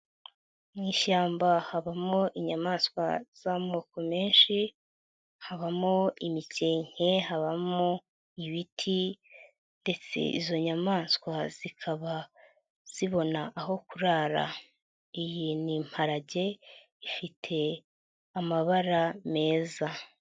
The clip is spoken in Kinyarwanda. Mu ishyamba habamo inyamaswa z'amoko menshi, habamo imikenke, habamo ibiti ndetse izo nyamaswa zikaba zibona aho kurara, iyi ni imparage ifite amabara meza.